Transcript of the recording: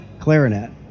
clarinet